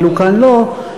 ואילו כאן לא,